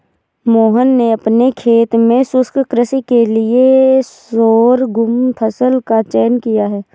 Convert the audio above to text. मोहन ने अपने खेत में शुष्क कृषि के लिए शोरगुम फसल का चयन किया है